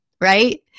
right